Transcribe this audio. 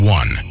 one